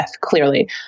clearly